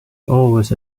always